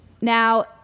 Now